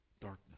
darkness